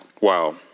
Wow